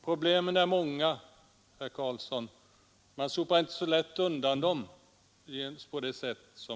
Problemen är många, herr Karlsson i Huskvarna, och man sopar inte så lätt undan dem.